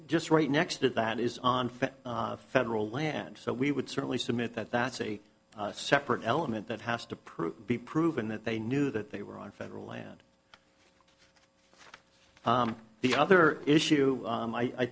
just right next to that is unfair federal land so we would certainly submit that that's a separate element that has to prove be proven that they knew that they were on federal land the other issue